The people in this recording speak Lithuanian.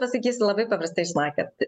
pasakysiu labai paprastai žinokit